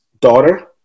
daughter